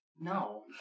No